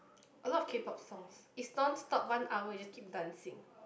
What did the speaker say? a lot of K-pop songs is non stop one hour you just keep dancing